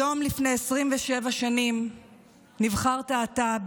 היום לפני 27 שנים נבחרת אתה,